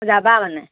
যাবা মানে